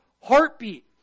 heartbeat